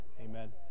Amen